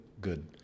good